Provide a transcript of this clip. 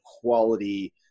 quality